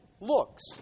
looks